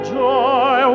joy